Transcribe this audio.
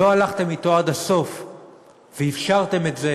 לא הלכתם אתו עד הסוף ואפשרתם את זה